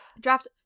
draft